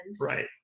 right